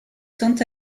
quant